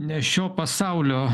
ne šio pasaulio